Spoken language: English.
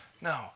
No